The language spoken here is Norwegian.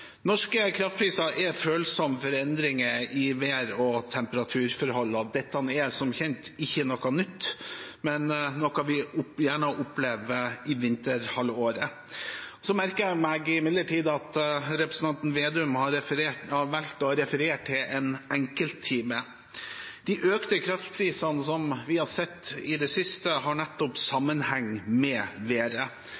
Norske kraftpriser er følsomme for endringer i vær- og temperaturforhold. Dette er som kjent ikke noe nytt, men noe vi gjerne opplever i vinterhalvåret. Så merker jeg meg imidlertid at representanten Slagsvold Vedum har valgt å referere til en enkelttime. De økte kraftprisene som vi har sett i det siste, har nettopp